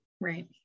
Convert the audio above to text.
Right